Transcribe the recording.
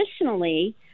additionally